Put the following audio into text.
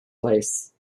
place